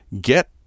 get